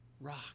rock